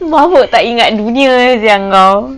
mabuk tak ingat dunia sia kau